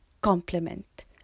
complement